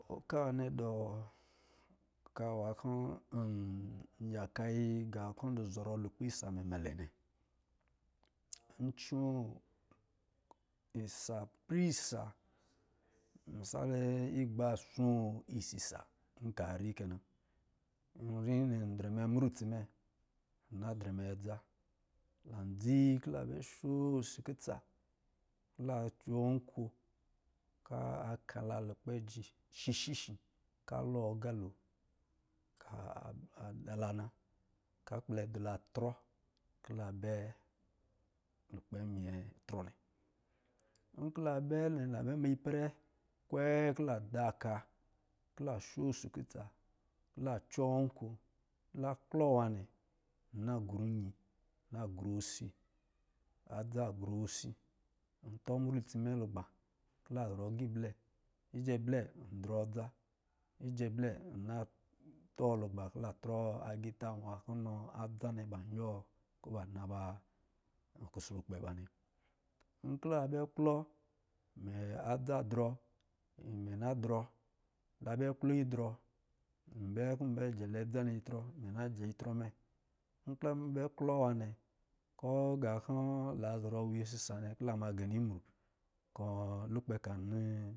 Oka nwa a dɔ̄ oka nwa kɔ̄ n dɔ̄ yaka yi oka nwa kɔ̄ ndɔ zɔrɔ lukpɛ isa mɛmɛlɛ nnɛ. ncoo isa ipɛrɛ isa, misali igba asoo isisa nka ri kɛ na nrinra n drɛ mru itsi mɛ nna drɛme adza ndzi kɔ̄ la bɛ sho osi katsi kɔ̄ la cɔ nko kɔ̄ ka la lukpɛ ajɛ shishishi kɔ̄ alɔ agalo kɔ̄ aswara la na, ka kpɛlɛ-dɔ la ɔtrɔ kɔ̄ la bɛ lukpa minyɛ trɔ nnɛ nkɔ̄ la bɛ nnɛ la bɛ ma ipɛrɛ kwe kɔ̄ la da oka kɔ̄ la sho ofi kutsa, kɔ̄ la cɔɔ oko kɔ̄ la klɔ nwa nnɛ, nnɛ gru myi, nna gro si, adza gru si n tɔ mru itsi lugba adza ngɛ blɛ nne tɔ lugba ka trɔ agita kɔ̄ inɔ adza ban yiwɔ kɔ̄ ba naba kusrufnɛ ba nnɛ nkɔ̄ la bɛ klɔ a dza drɔ mɛ na drɔ, la bɛ idɔ idrɔ nbɛ kɔ̄ nbɛ jɛlɛ adza nnɛ itrɔ kɔ̄ ijɛ itrɔ mɛ, nkɔ̄ nbɛ klɔ wa nnɛ kɔ̄ ga kɔ̄ la zɔrɔ nwa isisa nnɛ kɔ̄ la ma gɛnɛ imra kɔ̄ lwepɛ ka no